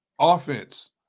offense